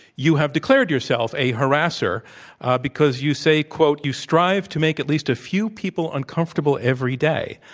you have declared yourself a harasser because you say, quote, you strive to make at least a few people uncomfortable every day.